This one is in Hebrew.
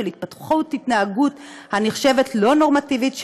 של התפתחות התנהגות הנחשבת לא נורמטיבית,